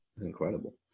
Incredible